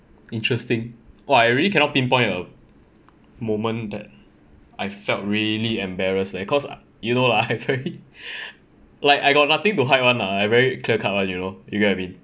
interesting !wah! I really cannot pinpoint a moment that I felt really embarrassed leh cause you know ah I very like I got nothing to hide [one] lah I very clear cut [one] you know you get what I mean